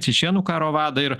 čečėnų karo vadą ir